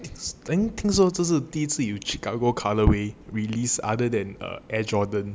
then 听说这是第一次有 chicago colourway release other than err air jordan